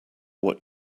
what